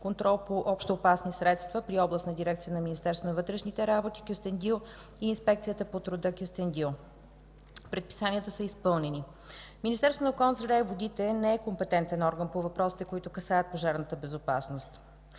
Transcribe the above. „Контрол по общоопасни средства” при Областната дирекция на Министерството на вътрешните работи – Кюстендил, и Инспекцията по труда – Кюстендил. Предписанията са изпълнени. Министерството на околната среда и водите не е компетентен орган по въпросите, които касаят пожарната безопасност.